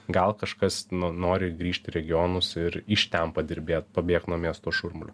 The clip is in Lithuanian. gal kažkas nu nori grįžt į regionus ir iš ten padirbėt pabėgt nuo miesto šurmulio